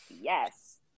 Yes